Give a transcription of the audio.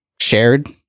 shared